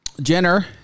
Jenner